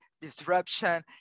disruption